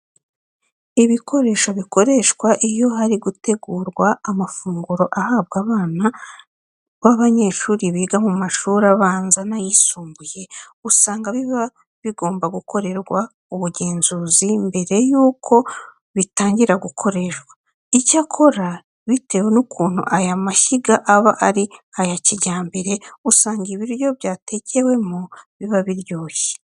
Ibikoresho bikoreshwa iyo hari gutegurwa amafunguro ahabwa abana b'abanyeshuri biga mu mashuri abanza n'ayisumbuye usanga biba bigomba gukorerwa ubugenzuzi mbere yuko bitangira gukoreshwa. Icyakora bitewe n'ukuntu aya mashyiga aba ari ayakijyambere, usanga ibiryo byatekewemo biba biryoshye.